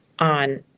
on